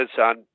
on